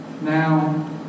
Now